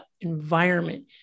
environment